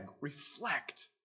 reflect